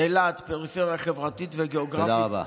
אילת, פריפריה חברתית וגאוגרפית, תודה רבה.